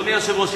אדוני היושב-ראש,